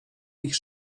ich